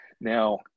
Now